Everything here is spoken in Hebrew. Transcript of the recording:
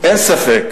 אין ספק